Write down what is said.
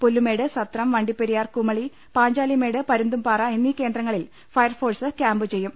പുല്ലുമേട് സത്രം വണ്ടിപ്പെരിയാർ കുമളി പാഞ്ചാലിമേട് പരുന്തുംപാറ എന്നീ കേന്ദ്രങ്ങളിൽ ഫയർഫോഴ്സ് ക്യാമ്പുചെയ്യും